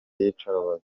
iyicarubozo